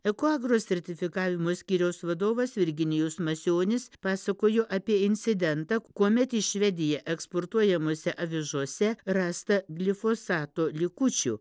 ekoagrus sertifikavimo skyriaus vadovas virginijus masionis pasakojo apie incidentą kuomet į švediją eksportuojamose avižose rasta blifosato likučių